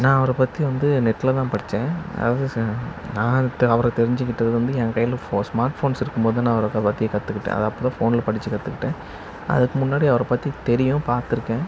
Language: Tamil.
நான் அவரை பற்றி வந்து நெட்டில் தான் படித்தேன் அது நான் அவரை தெரிஞ்சுக்கிட்டது வந்து என் கையில் ஃபோ ஸ்மார்ட் ஃபோன் இருக்கும்போது நான் அவரை பற்றி கற்றுக்கிட்டேன் அப்புறம் ஃபோனில் படித்து கற்றுக்கிட்டேன் அதுக்கு முன்னாடி அவரை பற்றி தெரியும் பார்த்து இருக்கேன்